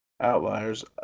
outliers